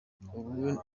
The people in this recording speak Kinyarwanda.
ubu